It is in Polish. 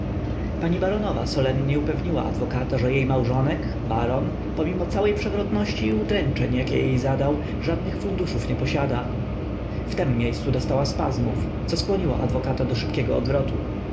pani baronowa solennie upewniła adwokata że jej małżonek baron pomimo całej przewrotności i udręczeń jakie jej zadał żadnych funduszów nie posiada w tem miejscu dostała spazmów co skłoniło adwokata do szybkiego odwrotu